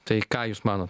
tai ką jūs manot